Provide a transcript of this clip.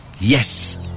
Yes